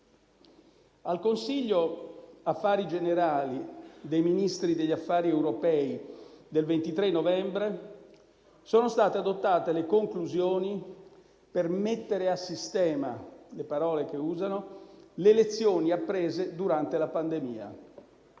Al Consiglio affari generali dei Ministri degli affari europei del 23 novembre sono state adottate le conclusioni per mettere a sistema - sono queste le parole